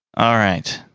alright.